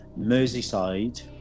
Merseyside